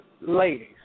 ladies